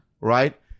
right